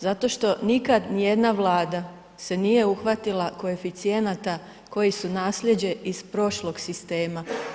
Zašto što nikad nijedna vlada se nije uhvatila koeficijenata koji su naslijeđe iz prošlog sistema.